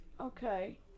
Okay